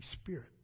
Spirit